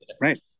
right